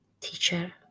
teacher